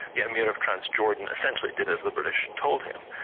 yeah emir of transjordan essentially did as the british told him.